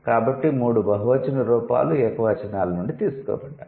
కాబట్టి మూడు బహువచన రూపాలు ఏకవచనాల నుండి తీసుకోబడ్డాయి